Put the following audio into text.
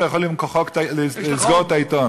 אתה יכול לסגור את העיתון.